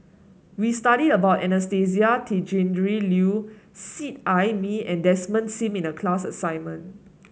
we studied about Anastasia Tjendri Liew Seet Ai Mee and Desmond Sim in the class assignment